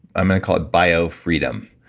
i'm gonna call it bio-freedom,